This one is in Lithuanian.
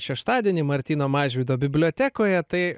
šeštadienį martyno mažvydo bibliotekoje tai